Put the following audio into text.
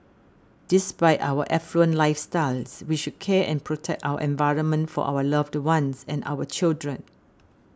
despite our affluent lifestyles we should care and protect our environment for our loved ones and our children